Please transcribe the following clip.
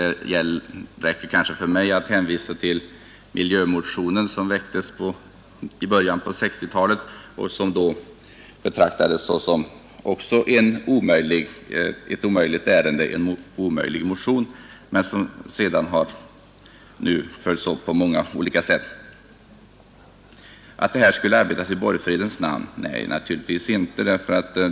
Det räcker kanske för mig att hänvisa till miljömotionen som väcktes i början på 1960-talet och som då också betraktades som en omöjlig motion, men sedan har den följts upp på många olika sätt. Skulle man här arbeta i borgfred? Nej, naturligtvis inte!